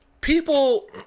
people